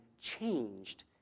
changed